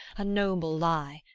a noble lie,